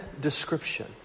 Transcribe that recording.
description